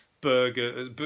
burger